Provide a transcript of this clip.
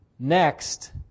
Next